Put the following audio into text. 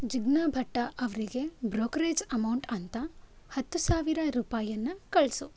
ಜಿಗ್ನಾ ಭಟ್ಟ ಅವರಿಗೆ brokerage amount ಅಂತ ಹತ್ತು ಸಾವಿರ ರೂಪಾಯಿಯನ್ನ ಕಳಿಸು